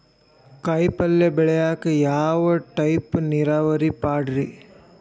ಕಾಯಿಪಲ್ಯ ಬೆಳಿಯಾಕ ಯಾವ ಟೈಪ್ ನೇರಾವರಿ ಪಾಡ್ರೇ?